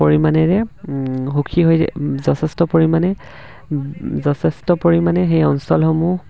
পৰিমাণেৰে সুখী হৈ যথেষ্ট পৰিমাণে যথেষ্ট পৰিমাণে সেই অঞ্চলসমূহ